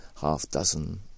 half-dozen